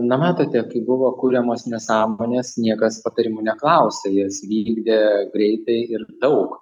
na matote kai buvo kuriamos nesąmonės niekas patarimų neklausė jas vykdė greitai ir daug